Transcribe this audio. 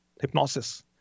hypnosis